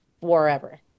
forever